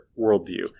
worldview